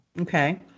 okay